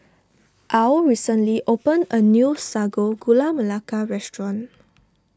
Al recently opened a new Sago Gula Melaka restaurant